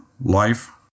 life